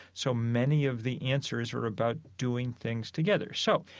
so many of the answers are about doing things together so,